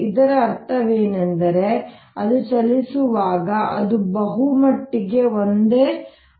ಇದರ ಅರ್ಥವೇನೆಂದರೆ ಅದು ಚಲಿಸುವಾಗ ಅದು ಬಹುಮಟ್ಟಿಗೆ ಒಂದೇ ಆಗಿರುತ್ತದೆ